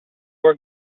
were